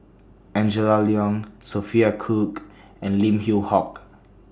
Angela Liong Sophia Cooke and Lim Yew Hock